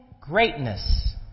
greatness